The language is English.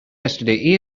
yesterday